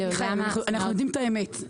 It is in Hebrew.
אנחנו יודעים את האמת.